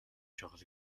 чухал